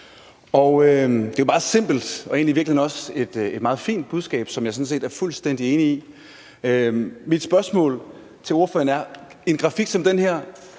et meget fint budskab, som jeg sådan set er fuldstændig enig i. Mit spørgsmål til ordføreren er: Giver en grafik som den her